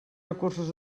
recursos